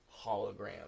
hologram